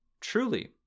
Truly